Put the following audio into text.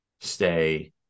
stay